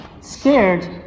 scared